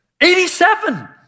87